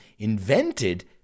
invented